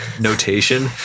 notation